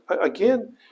again